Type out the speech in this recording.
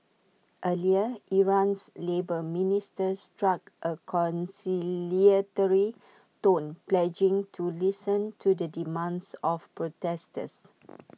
earlier Iran's labour minister struck A conciliatory tone pledging to listen to the demands of protesters